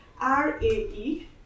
R-A-E